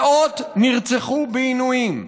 מאות נרצחו בעינויים.